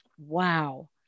Wow